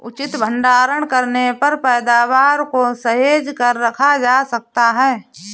उचित भंडारण करने पर पैदावार को सहेज कर रखा जा सकता है